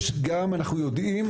אנחנו יודעים,